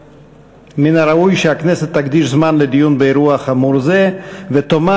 מן הראוי שהכנסת תקדיש זמן לדיון באירוע חמור זה ותאמר